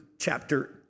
Chapter